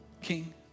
king